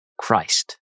Christ